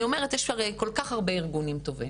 אני אומרת יש הרי כל כך הרבה ארגונים טובים,